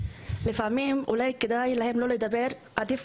שלפעמים אולי כדאי להם לא לדבר מאשר